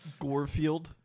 Gorefield